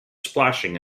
splashing